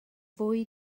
fwy